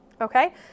Okay